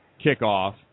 kickoff